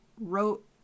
wrote